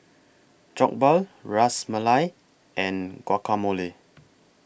Jokbal Ras Malai and Guacamole